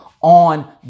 on